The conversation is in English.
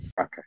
Okay